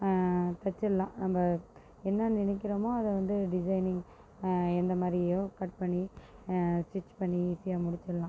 தச்சிடலாம் நம்ம என்ன நினைக்கிறமோ அதை வந்து டிசைனிங் எந்தமாதிரியோ கட் பண்ணி ஸ்டெச் பண்ணி ஈசியா முடிச்சிடலாம்